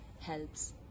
helps